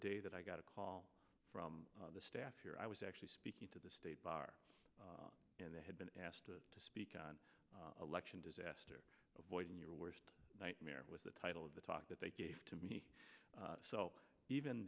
day that i got a call from the staff here i was actually speaking to the state bar and they had been asked to speak on election disaster avoiding your worst nightmare was the title of the talk that they gave to me so even